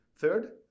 Third